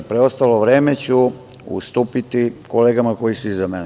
Preostalo vreme ću ustupiti kolegama koje su iza mene.